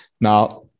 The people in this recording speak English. Now